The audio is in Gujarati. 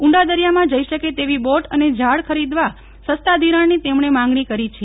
ઉંડા દરિયામાં જઇ શકે તેવી બોટ અને જાળ ખરીદવા સસ્તા ધિરાણની તેમણે માંગણી કરી છે